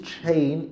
chain